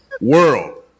world